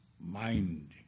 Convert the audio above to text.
mind